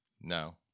No